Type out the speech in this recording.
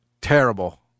terrible